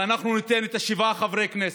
ואנחנו ניתן את שבעת חברי הכנסת,